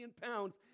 pounds